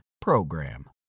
PROGRAM